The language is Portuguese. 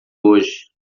hoje